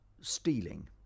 stealing